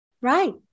Right